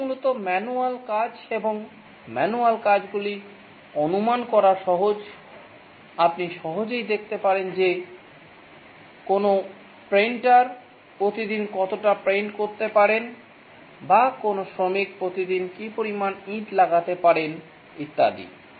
এগুলি মূলত ম্যানুয়াল কাজ এবং ম্যানুয়াল কাজগুলি অনুমান করা সহজ আপনি সহজেই দেখতে পারেন যে কোনও পেইন্টার প্রতি দিন কতটা পেইন্ট করতে পারেন বা কোনও শ্রমিক প্রতি দিন কি পরিমাণ ইট লাগাতে পারেন ইত্যাদি